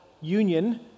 union